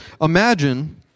imagine